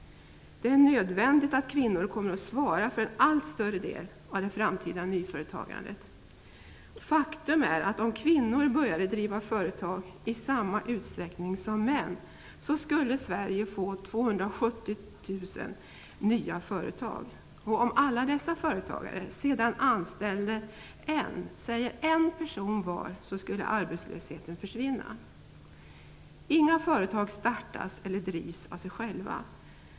Det är nödvändigt att kvinnor kommer att svara för en allt större del av det framtida nyföretagandet. Faktum är att om kvinnor började driva företag i samma utsträckning som män gör, så skulle Sverige få 270 000 nya företag. Om alla dessa företagare sedan anställde bara en - säger en - person var, så skulle arbetslösheten försvinna. Inga företag startas eller drivs av sig själva.